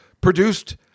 produced